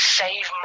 save